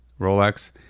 Rolex